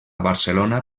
barcelona